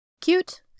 cute